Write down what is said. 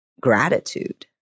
gratitude